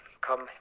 come